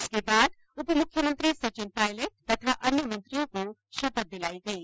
इसके बाद उपमुख्यमंत्री सचिन पायलट तथा अन्य मंत्रियों को शपथ दिलायी गयी